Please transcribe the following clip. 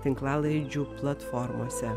tinklalaidžių platformose